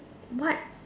what